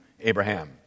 Abraham